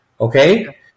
okay